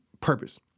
purpose